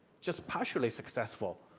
just partially successful,